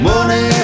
Money